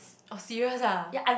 oh serious ah